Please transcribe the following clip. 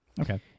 okay